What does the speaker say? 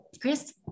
Chris